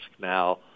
Now